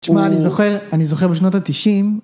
תשמע, אני זוכר, אני זוכר בשנות התשעים...